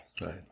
Right